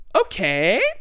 Okay